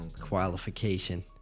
qualification